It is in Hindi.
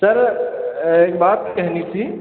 सर एक बात कहनी थी